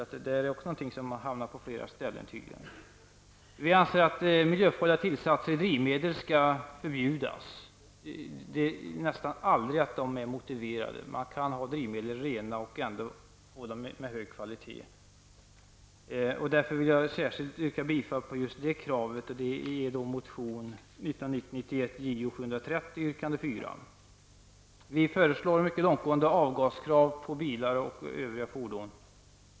Också den frågan har alltså tydligen hamnat på flera ställen. Vi anser att miljöfarliga tillsatser i drivmedel skall förbjudas. De är nästan aldrig motiverade, utan man kan ta fram rena drivmedel som ändå håller hög kvalitet. Jag vill därför särskilt yrka bifall till motion 1990/91:Jo730 yrkande 4, där detta krav finns med. Vi föreslår mycket långtgående krav på rening av avgaser i bilar och övriga fordon.